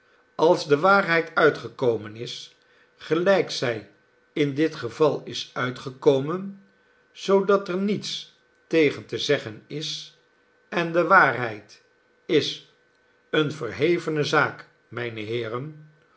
als de waarheid uitgekomen is gelijk zij in dit geval is uitgekomen zoodat er niets tegen te zeggen is en de waarheid is eene verhevene zaak mijne heeren